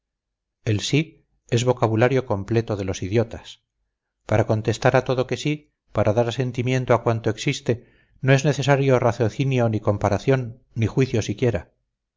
el sí es vocabulario completo de los idiotas para contestar a todo que sí para dar asentimiento a cuanto existe no es necesario raciocinio ni comparación ni juicio siquiera